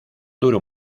duró